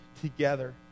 together